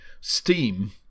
Steam